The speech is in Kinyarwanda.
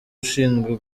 ushinzwe